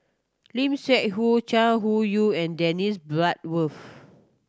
Lim Seok Hu Chai Hu Yoong and Dennis Bloodworth